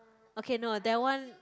okay no that one